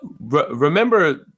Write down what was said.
remember